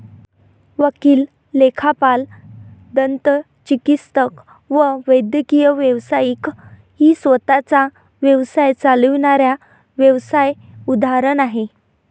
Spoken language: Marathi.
वकील, लेखापाल, दंतचिकित्सक व वैद्यकीय व्यावसायिक ही स्वतः चा व्यवसाय चालविणाऱ्या व्यावसाय उदाहरण आहे